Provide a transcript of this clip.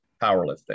powerlifting